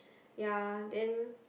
ya then